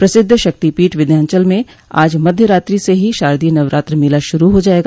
प्रसिद्ध शक्तिपीठ विन्ध्याचल में आज मध्य रात्रि से ही शारदीय नवरात्र मेला शुरू हो जायेगा